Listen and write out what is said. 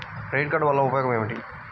Credit card వల్ల ఉపయోగం ఏమిటీ?